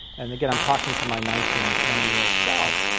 and again i'm talking to my nineteen or twenty year old self.